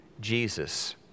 Jesus